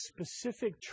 specific